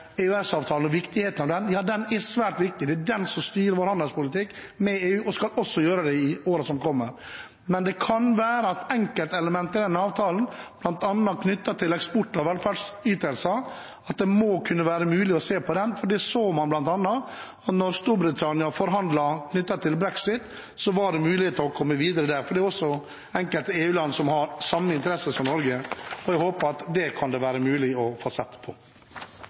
viktigheten av EØS-avtalen. Den er svært viktig, det er den som styrer vår handelspolitikk med EU, og skal også gjøre det i årene som kommer. Men det kan være enkeltelementer i denne avtalen, bl.a. knyttet til eksport av velferdsytelser, som det må kunne være mulig å se på. Man så bl.a. at da Storbritannia forhandlet om brexit, var det muligheter for å komme videre der, for det er også enkelte EU-land som har samme interesser som Norge. Jeg håper at det kan være mulig å få sett på